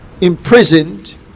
imprisoned